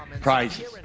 Prizes